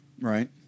Right